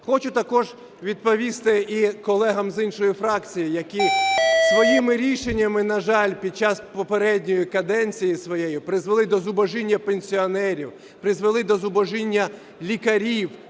Хочу також відповісти і колегам з іншої фракції, які своїми рішеннями, на жаль, під час попередньої каденції своєї призвели до зубожіння пенсіонерів, призвели до зубожіння лікарів,